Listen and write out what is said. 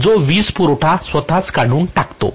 जो वीजपुरवठा स्वतःच काढून टाकतो